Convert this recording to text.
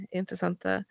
intressanta